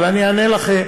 אבל אני אענה לך.